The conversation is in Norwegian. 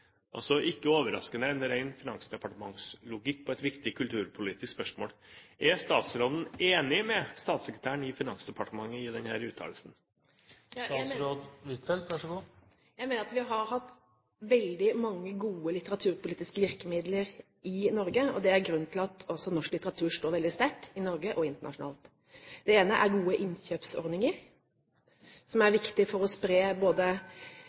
altså ikke overraskende en ren finansdepartementslogikk på et viktig kulturpolitisk spørsmål. Er statsråden enig med statssekretæren i Finansdepartementet i denne uttalelsen? Jeg mener at vi har hatt veldig mange gode litteraturpolitiske virkemidler i Norge, og det er også grunnen til at norsk litteratur står veldig sterkt i Norge og internasjonalt. Det ene er gode innkjøpsordninger, som er viktig for å spre både